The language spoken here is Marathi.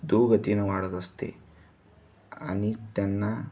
दुगतिनं वाढत असते आणि त्यांना